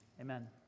amen